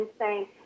insane